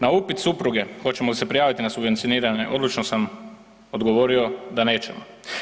Na upit supruge hoćemo li se prijaviti na subvencioniranje, odlučno sam odgovorio da nećemo.